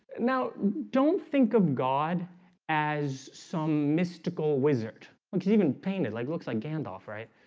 now don't think of god as some mystical wizard one could even paint it like looks like gandalf, right?